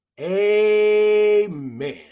Amen